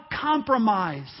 compromise